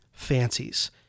fancies